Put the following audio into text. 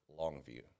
longview